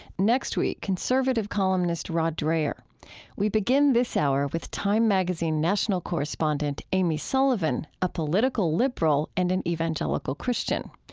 next week, conservative columnist rod dreher we begin this hour with time magazine national correspondent amy sullivan, a political liberal and an evangelical christian.